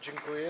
Dziękuję.